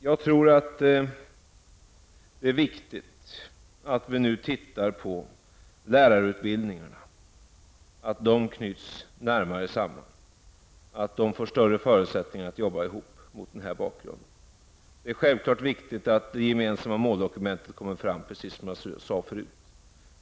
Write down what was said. Det är viktigt att vi nu ser över lärarutbildningarna och ser till att de knyts närmare samman och att lärarna får större förutsättningar att arbeta ihop mot denna bakgrund. Självfallet är det viktigt att det gemensamma måldokumentet kommer fram, som jag sade förut.